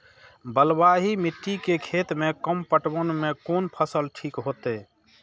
बलवाही मिट्टी के खेत में कम पटवन में कोन फसल ठीक होते?